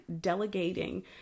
delegating